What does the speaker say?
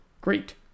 Great